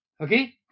Okay